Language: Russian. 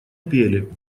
пели